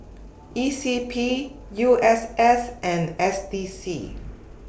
E C P U S S and S D C